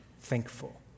thankful